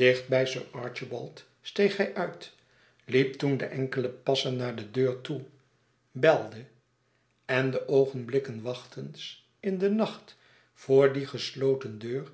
dicht bij sir archibald steeg hij uit liep toen de enkele passen naar de deur toe belde en de oogenblikken wachtens in den nacht voor die gesloten deur